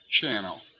channel